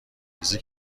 ریزی